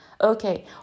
Okay